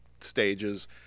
stages